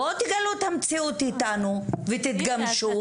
בואו תגלו את המציאות איתנו ותתגמשו.